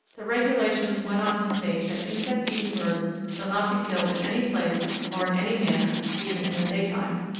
the regulations went on to state that insect-eating birds shall not be killed in any place or in any manner, even in the daytime.